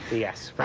yes,